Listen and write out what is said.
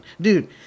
Dude